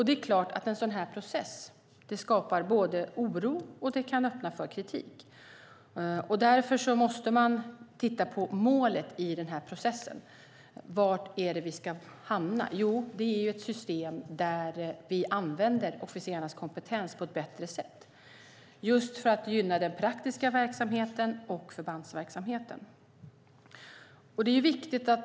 Det är klart att en sådan här process både skapar oro och kan öppna för kritik. Därför måste man titta på målet för processen. Var ska vi hamna? Jo, det är ett system där vi använder officerarnas kompetens på ett bättre sätt för att gynna den praktiska verksamheten och förbandsverksamheten.